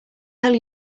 tell